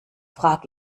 frage